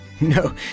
No